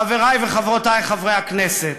חברי וחברותי חברי הכנסת,